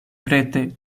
prete